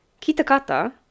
Kitakata